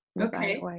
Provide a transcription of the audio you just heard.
Okay